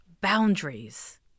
boundaries